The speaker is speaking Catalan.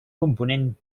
component